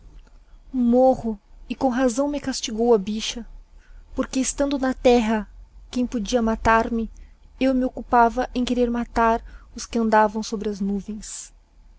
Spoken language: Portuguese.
morro e com razão me castigou a bicha porque estando na terra quem podia matar-me eu me occupava em querer matar os que anda vão sobre as nuvens